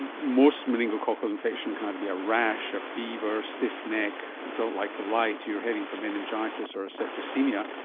and most meningococcal infection can either be a rash, a fever, stiff neck, don't like the light, you're heading for meningitis or septicaemia,